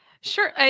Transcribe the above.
Sure